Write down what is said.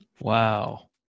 Wow